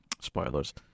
spoilers